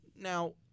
Now